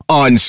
on